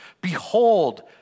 Behold